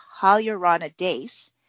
hyaluronidase